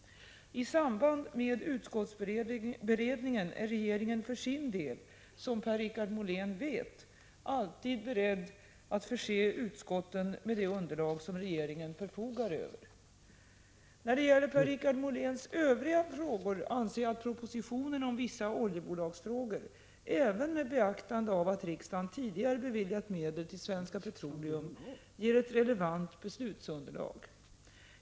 I samband med utskottsberedningen är regeringen för sin del, som Per-Richard Molén vet, alltid beredd att förse utskotten med det underlag som regeringen förfogar över. När det gäller Per-Richard Moléns övriga frågor anser jag att propositionen om vissa oljebolagsfrågor — även med beaktande av att riksdagen tidigare beviljat medel till Svenska Petroleum — ger ett relevant beslutsunderlag.